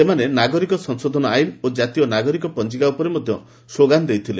ସେମାନେ ନାଗରିକ ସଂଶୋଧନ ଆଇନ ଓ ଜାତୀୟ ନାଗରିକ ପଞ୍ଜିକା ଉପରେ ମଧ୍ୟ ସ୍କୋଗାନ ଦେଇଥିଲେ